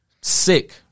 Sick